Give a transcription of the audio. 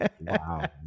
wow